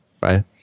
right